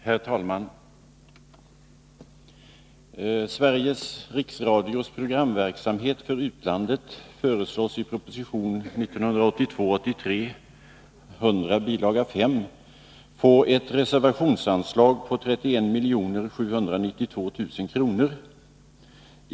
Herr talman! Sveriges Riksradios programverksamhet för utlandet föreslås i proposition 1982/83:100, bilaga 5, få ett reservationsanslag på 31 792 000 kr.